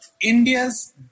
India's